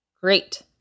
Great